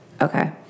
Okay